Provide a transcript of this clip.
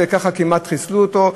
וככה כמעט חיסלו אותו,